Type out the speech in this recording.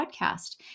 podcast